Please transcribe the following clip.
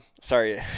Sorry